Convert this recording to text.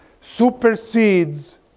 supersedes